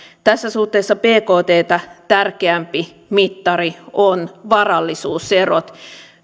tässä suhteessa bkttä tärkeämpi mittari on varallisuuserot